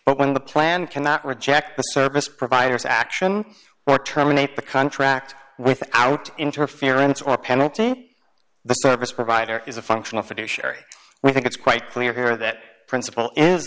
but when the plan cannot reject the service providers action or terminate the contract without interference or penalty the service provider is a functional fiduciary we think it's quite clear that principle is